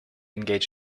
engage